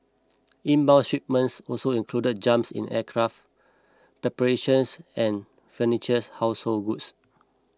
inbound shipments also included jumps in aircraft preparations and furnitures household goods